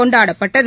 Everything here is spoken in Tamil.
கொண்டாடப்பட்டது